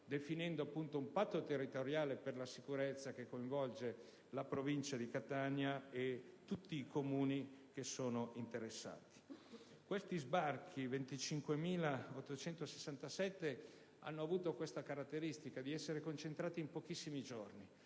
definizione di un patto territoriale per la sicurezza che coinvolge la Provincia di Catania e tutti i Comuni interessati. Questi 25.867 sbarchi hanno avuto la caratteristica di essere concentrati in pochissimi giorni;